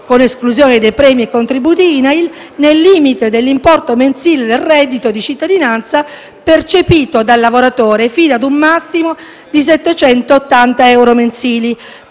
con esclusione dei premi e contributi dovuti all'INAIL, nel limite dell'importo mensile del reddito di cittadinanza percepito dal lavoratore, fino ad un massimo di 780 euro mensili,